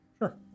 Sure